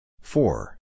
four